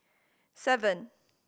seven